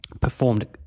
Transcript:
performed